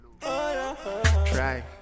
Try